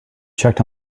checked